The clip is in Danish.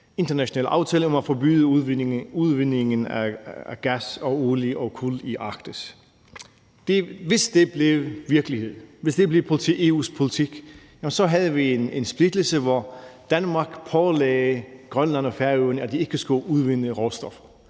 international aftale om at forbyde udvinding af gas og olie og kul i Arktis. Hvis det blev virkelighed, hvis det blev EU's politik, havde vi en splittelse, hvor Danmark pålagde Grønland og Færøerne, at de ikke måtte udvinde råstoffer,